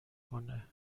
کنه